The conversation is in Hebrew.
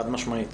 חד משמעית.